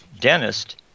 dentist